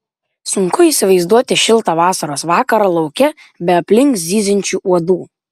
sunku įsivaizduoti šiltą vasaros vakarą lauke be aplink zyziančių uodų